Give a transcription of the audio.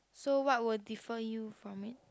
so what will defer you from it